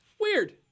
Weird